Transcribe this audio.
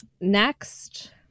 Next